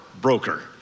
broker